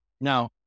Now